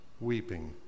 weeping